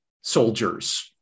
soldiers